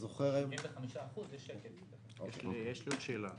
75%. יש לי עוד שאלה.